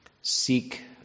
seek